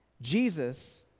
Jesus